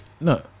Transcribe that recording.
No